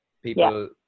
People